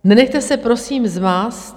Nenechte se prosím zmást.